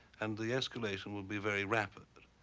and the escalation would be very rapid.